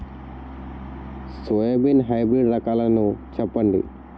Soybean hybrid రకాలను చెప్పండి?